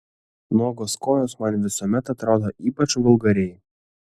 nuogos kojos man visuomet atrodo ypač vulgariai